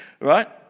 Right